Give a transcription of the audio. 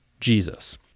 Jesus